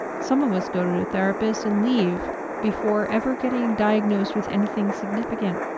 some of us go to a therapist and leave before ever getting diagnosed with anything significant.